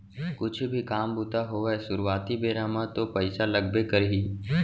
कुछु भी काम बूता होवय सुरुवाती बेरा म तो पइसा लगबे करही